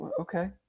Okay